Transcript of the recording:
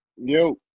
Yo